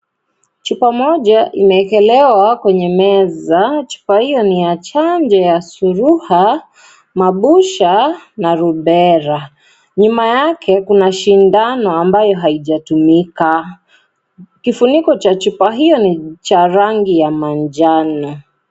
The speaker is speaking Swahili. Chupa moja imewekelewa kwenye meza. Chupa hiyo ni ya chanjo ya surua, mabusha na rubela. Nyuma yake, kuna sindano ambayo haijatumika. Kifuniko cha chupa hiyo ni cha rangi ya manjano.